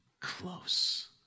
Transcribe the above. close